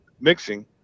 mixing